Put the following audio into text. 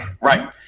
Right